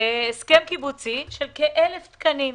והסכם קיבוצי על כ-1,000 תקנים.